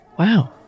Wow